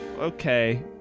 Okay